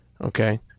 okay